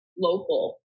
local